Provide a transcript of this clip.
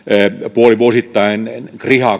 puolivuosittain kriha